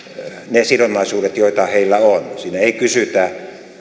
ne sidonnaisuudet joita heillä on siinä ei kysytä